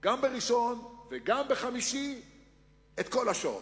גם בראשון וגם בחמישי את כל השעות.